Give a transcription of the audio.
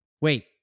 Wait